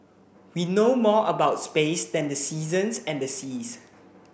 we know more about space than the seasons and the seas